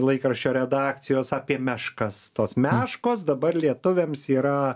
laikraščio redakcijos apie meškas tos meškos dabar lietuviams yra